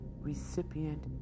recipient